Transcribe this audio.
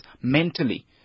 mentally